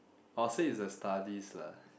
I'll say is a studies lah